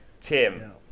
Tim